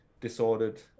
disordered